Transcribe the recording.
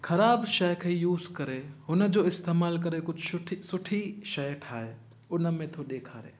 ख़राबु शइ खे यूज़ करे हुनजो इस्तेमालु करे कुझु शुठी सुठी शइ ठाहे हुन में थो ॾेखारे